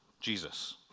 Jesus